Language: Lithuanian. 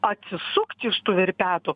atsisukti iš tų verpetų